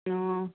ꯑꯣ